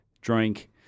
drink